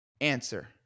answer